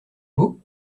beau